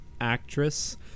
actress